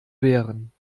wehren